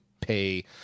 pay